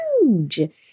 huge